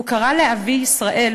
הוא קרא לאבי ישראל,